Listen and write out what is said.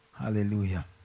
Hallelujah